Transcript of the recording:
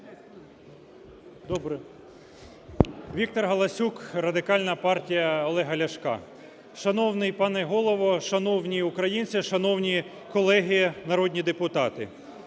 В.В. Віктор Галасюк, Радикальна партія Олега Ляшка. Шановний пане Голово, шановні українці, шановні колеги народні депутати!